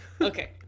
Okay